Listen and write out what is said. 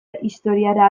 historiara